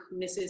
Mrs